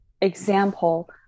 example